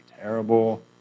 terrible